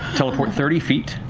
teleport thirty feet.